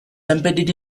embedded